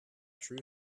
truth